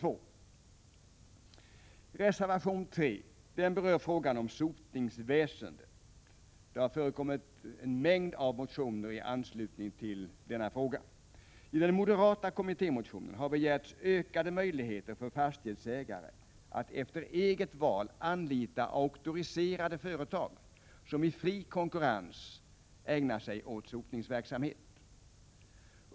oa + Reservation 3 berör frågan om sotningsväsendet. Det har förekommit en mängd motioner i anslutning till denna fråga. I den moderata kommittémotionen har begärts ökade möjligheter för fastighetsägare att efter eget val anlita auktoriserade företag som i fri konkurrens ägnar sig åt sotningsverksamhet.